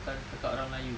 bukan tekak orang melayu